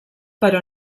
però